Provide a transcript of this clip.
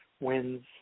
wins